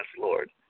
Lord